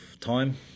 time